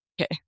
Okay